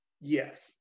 Yes